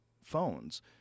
phones